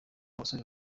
abasore